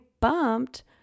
bumped